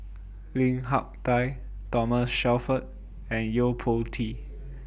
Lim Hak Tai Thomas Shelford and Yo Po Tee